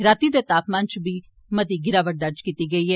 राती दे तापमान च बड़ी मती गिरावट दर्ज कीती गेई ऐ